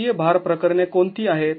अक्षीय भार प्रकरणे कोणती आहेत